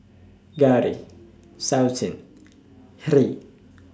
Gauri Sachin Hri